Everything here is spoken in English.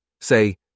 Say